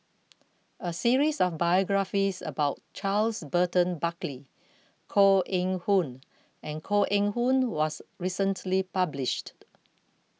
a series of biographies about Charles Burton Buckley Koh Eng Hoon and Koh Eng Hoon was recently published